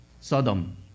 Sodom